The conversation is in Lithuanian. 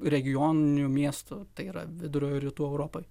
regioninių miestų tai yra vidurio rytų europoj